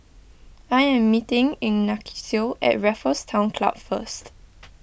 I am meeting Ignacio at Raffles Town Club first